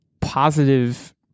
positive